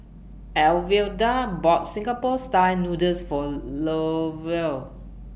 Alwilda bought Singapore Style Noodles For Lovell